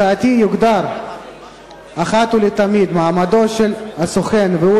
הצעתי: יוגדר אחת ולתמיד מעמדו של הסוכן והוא